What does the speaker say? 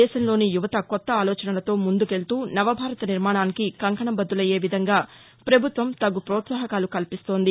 దేశంలోని యువత కొత్త ఆలోచనలతో ముందుకెళ్తూ నవభారత నిర్మణానికి కంకణబద్దులయ్యేవిధంగా పభుత్వం తగు ప్రోత్సహాకాలు కల్పిస్తోంది